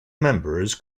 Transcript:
members